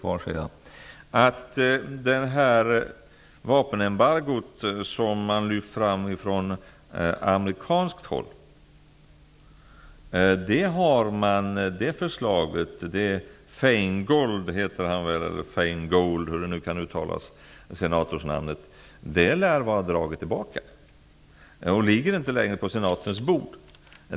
Förslaget om vapenembargot som lagts fram från amerikanskt håll lär enligt senator Feingold vara tillbakadraget och inte längre ligga på senatens bord.